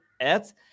ads